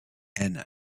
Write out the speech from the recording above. and